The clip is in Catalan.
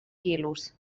quilos